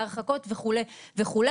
להרחקות וכו' וכו'.